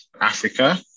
Africa